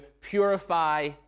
purify